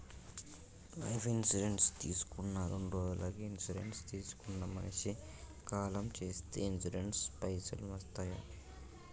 Life insurance తీసుకున్న రెండ్రోజులకి insurance తీసుకున్న మనిషి కాలం చేస్తే ఇన్సూరెన్స్ పైసల్ వస్తయా?